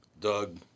Doug